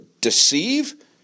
deceive